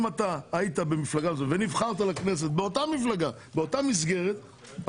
אם אתה היית במפלגה ונבחרת לכנסת באותה מפלגה ובאותה מסגרת,